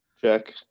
check